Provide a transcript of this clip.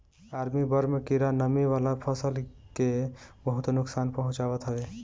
army worm कीड़ा नमी वाला फसल के बहुते नुकसान पहुंचावत हवे